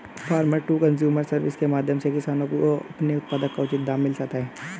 farmer to consumer service के माध्यम से किसानों को अपने उत्पाद का उचित दाम मिल जाता है